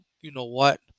you-know-what